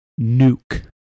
Nuke